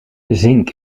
zink